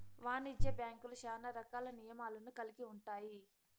వాణిజ్య బ్యాంక్యులు శ్యానా రకాల నియమాలను కల్గి ఉంటాయి